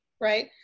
right